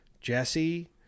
Jesse